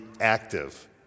active